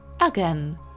Again